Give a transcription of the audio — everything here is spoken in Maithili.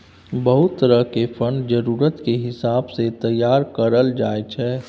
बहुत तरह के फंड जरूरत के हिसाब सँ तैयार करल जाइ छै